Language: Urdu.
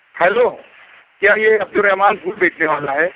ہلو کیا یہ عبدالرحمٰن پھول بیچنے والا ہے